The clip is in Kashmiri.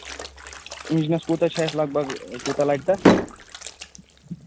اِنٛجنس کوٗتاہ چھُ آسہٕ لگ بگ کوٗتاہ لگہِ تتھ